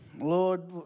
Lord